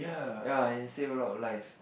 ya and he save a lot of life